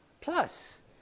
Plus